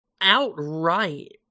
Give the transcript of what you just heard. outright